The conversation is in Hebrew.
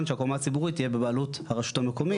שהקומה הציבורית תהיה בבעלות הרשות המקומית.